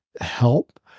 help